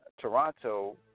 toronto